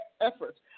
efforts